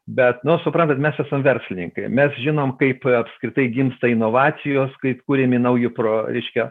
bet nu suprantat mes esam verslininkai mes žinom kaip apskritai gimsta inovacijos kaip kuriami nauji pro reiškia